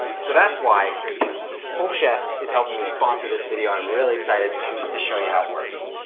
so that's why homechef is helping me sponsor this video. i'm really excited to show you how it works.